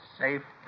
safe